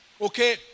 okay